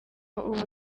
ubu